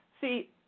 see